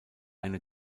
eine